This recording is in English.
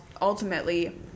ultimately